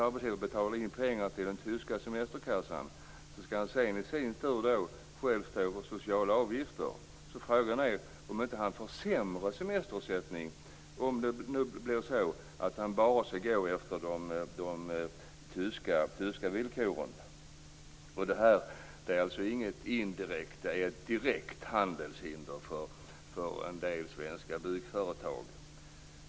Arbetsgivaren betalar in pengar till den tyska semesterkassan men man måste själv stå för de sociala avgifterna. Frågan är alltså om det inte blir en sämre semesterersättning om man bara skall rätta sig efter de tyska villkoren. Det här är alltså inget indirekt handelshinder, utan det är ett direkt handelshinder för en del svenska byggföretag.